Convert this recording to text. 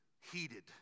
heated